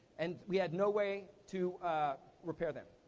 and we had no way to repair them.